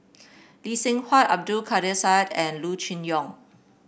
Lee Seng Huat Abdul Kadir Syed and Loo Choon Yong